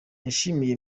yashimiye